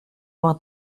vingt